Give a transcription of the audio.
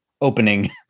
opening